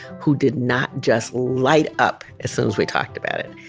who did not just light up as soon as we talked about it.